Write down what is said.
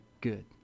good